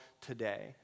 today